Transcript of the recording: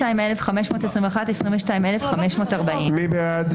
22,541 עד 22,560. מי בעד?